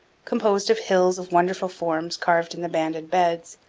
composed of hills of wonderful forms carved in the banded beds,